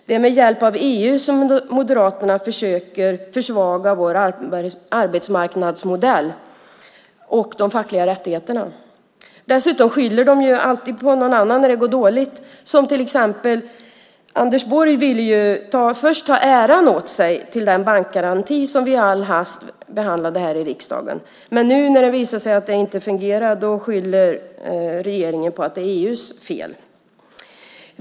Det är med hjälp av EU som Moderaterna försöker försvaga vår arbetsmarknadsmodell och de fackliga rättigheterna. Dessutom skyller de alltid på någon annan när det går dåligt. Anders Borg ville först ta äran åt sig för den bankgaranti som vi med hast behandlade här i riksdagen. Men nu när det visar sig att det inte fungerar skyller regeringen på att det är EU:s fel.